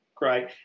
Great